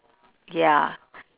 ya